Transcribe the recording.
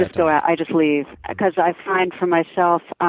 just go out. i just leave. because i find, for myself,